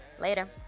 Later